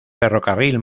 ferrocarril